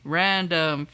random